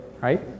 right